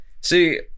see